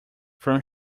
from